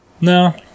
No